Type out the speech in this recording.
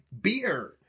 beer